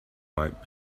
might